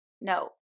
no